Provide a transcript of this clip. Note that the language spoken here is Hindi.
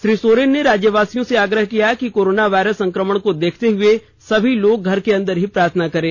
श्री सोरेन ने राज्यवासियों से आग्रह किया कि कोरोना वायरस संक्रमण को देखते हुये सभी लोग घर के अंदर ही प्रार्थना करें